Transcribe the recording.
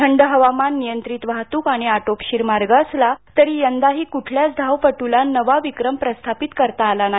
थंड हवामान नियंत्रित वाहतुक आणि आटोपशीर मार्ग असला तरी यंदाही कुठल्याच धावपट्रला नवा विक्रम प्रस्थापित करता आला नाही